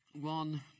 One